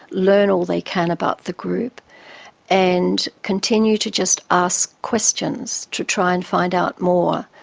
learn all they can about the group and continue to just ask questions to try and find our more,